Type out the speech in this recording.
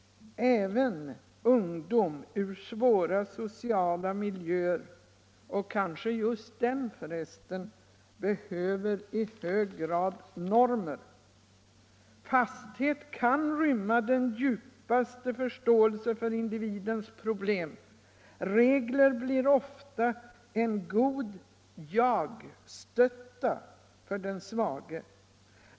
Även ungdom ur svåra sociala miljöer - eller kanske just den för resten — behöver i hög grad normer. Fasthet kan rymma den djupaste förståelse för individens problem. Regler blir ofta en god ”jagstötta” för den svage.